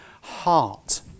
heart